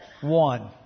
one